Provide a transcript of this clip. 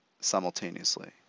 simultaneously